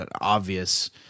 obvious